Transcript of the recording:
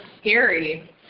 scary